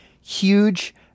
huge